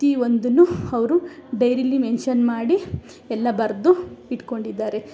ಪ್ರತಿಯೊಂದು ಅವರು ಡೈರಿಲಿ ಮೆನ್ಷನ್ ಮಾಡಿ ಎಲ್ಲ ಬರೆದು ಇಟ್ಕೊಂಡಿದಾರೆ